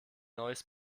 neues